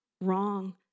wrong